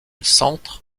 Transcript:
centre